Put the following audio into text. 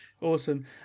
Awesome